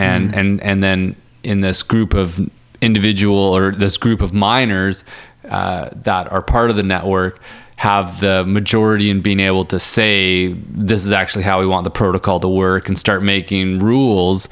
power and then in this group of individual or group of miners that are part of the network have the majority in being able to say this is actually how we want the protocol to work and start making rules